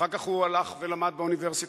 אחר כך הוא הלך ולמד באוניברסיטה,